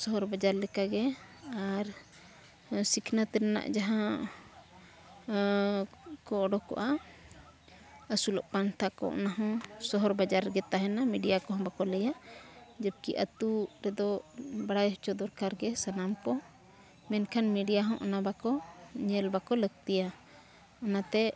ᱥᱚᱦᱚᱨᱼᱵᱟᱡᱟᱨ ᱞᱮᱠᱟ ᱜᱮ ᱟᱨ ᱥᱤᱠᱷᱱᱟᱹᱛ ᱨᱮᱱᱟᱜ ᱡᱟᱦᱟᱸ ᱠᱚ ᱚᱰᱚᱠᱚᱜᱼᱟ ᱟᱹᱥᱩᱞᱚᱜ ᱯᱟᱱᱛᱷᱟ ᱠᱚ ᱚᱱᱟᱦᱚᱸ ᱥᱚᱦᱚᱨᱼᱵᱟᱡᱟᱨ ᱨᱮᱜᱮ ᱛᱟᱦᱮᱱᱟ ᱠᱚᱦᱚᱸ ᱵᱟᱠᱚ ᱞᱟᱹᱭᱟ ᱡᱮ ᱠᱤ ᱟᱛᱳ ᱨᱮᱫᱚ ᱵᱟᱲᱟᱭ ᱦᱚᱪᱚ ᱫᱚᱨᱠᱟᱨ ᱜᱮ ᱥᱟᱱᱟᱢ ᱠᱚ ᱢᱮᱱᱠᱷᱟᱱ ᱦᱚᱸ ᱚᱱᱟ ᱵᱟᱠᱚ ᱧᱮᱞ ᱵᱟᱠᱚ ᱞᱟᱹᱠᱛᱤᱭᱟ ᱚᱱᱟᱛᱮ